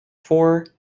four